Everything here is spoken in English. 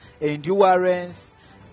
endurance